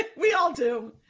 like we all do.